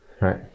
Right